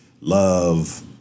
love